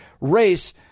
race